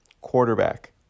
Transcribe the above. quarterback